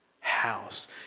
house